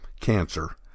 cancer